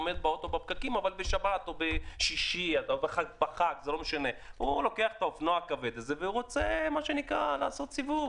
אלא זה כי הוא רוצה מה שנקרא לעשות סיבוב.